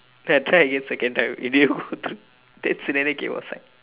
then I try again second time it didn't go through then came outside